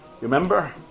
Remember